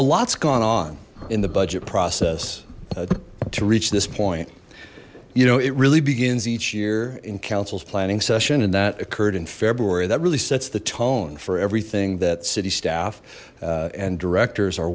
lots gone on in the budget process to reach this point you know it really begins each year in councils planning session and that occurred in february that really sets the tone for everything that city staff and directors are